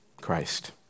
Christ